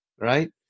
right